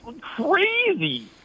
crazy